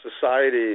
society